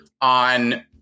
on